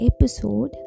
episode